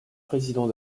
président